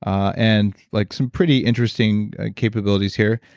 um and like some pretty interesting capabilities here.